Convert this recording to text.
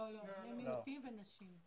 לא, בני מיעוטים ונשים.